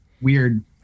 weird